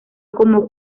como